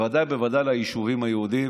בוודאי ובוודאי על היישובים היהודיים